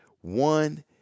one